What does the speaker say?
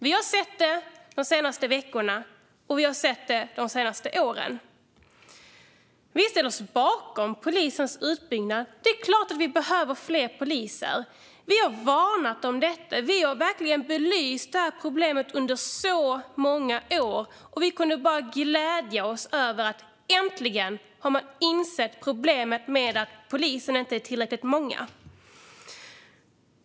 Vi har sett det de senaste veckorna och de senaste åren. Vi ställer oss bakom polisens utbyggnad. Det är klart att vi behöver fler poliser. Vi har verkligen belyst detta problem under så många år, och vi kunde bara glädja oss åt att man äntligen har insett problemet med att det inte finns tillräckligt många poliser.